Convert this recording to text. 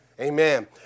Amen